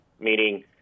meaning